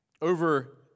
over